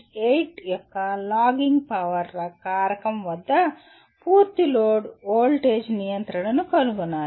8 యొక్క lagging power కారకం వద్ద పూర్తి లోడ్ వోల్టేజ్ నియంత్రణను కనుగొనాలి